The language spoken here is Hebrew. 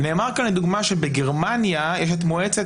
נאמר כאן לדוגמה שבגרמניה יש את מועצת